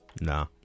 Nah